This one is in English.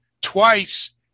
twice